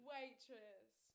Waitress